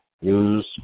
use